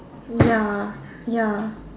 ya ya